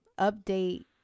update